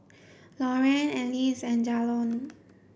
Lorraine Alyce and Jalon